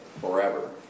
forever